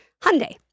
Hyundai